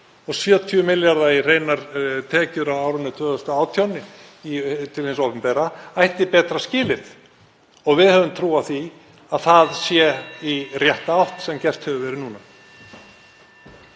að 70 milljörðum í tekjur á árinu 2018 til hins opinbera, ætti betra skilið og við höfum trú á því að það sé í rétta átt sem gert hefur verið núna.